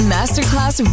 Masterclass